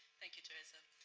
thank you, tereza.